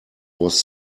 was